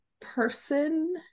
person